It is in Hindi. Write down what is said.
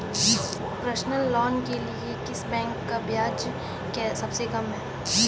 पर्सनल लोंन के लिए किस बैंक का ब्याज सबसे कम है?